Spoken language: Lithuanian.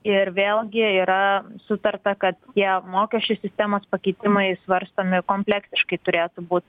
ir vėl gi yra sutarta kad tie mokesčių sistemos pakeitimai svarstomi kompleksiškai turėtų būt